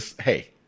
hey